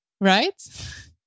right